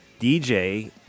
DJ